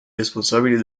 responsabili